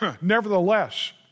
Nevertheless